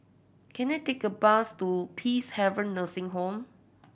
can I take a bus to Peacehaven Nursing Home